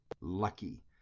lucky